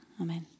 Amen